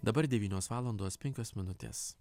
dabar devynios valandos penkios minutės